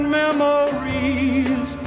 memories